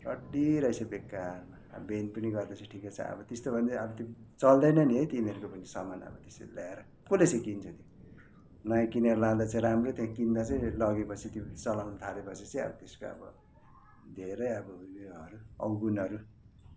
रड्डी रहेछ बेकारमा अब बेन पनि गर्दैछ ठिक्कै छ अब त्यस्तो भयो भने चाहिँ अब त्यो चल्दैन नि है तिनीहरूको पनि सामान अब त्यसरी ल्याएर कसले चाहिँ किन्छ त्यो नयाँ किनेर लाँदा चाहिँ राम्रो त्यहाँ किन्दा चाहिँ लगेपछि त्यो चलाउनु थालेपछि चाहिँ अब त्यसको अब धेरै अब उयोहरू अवगुणहरू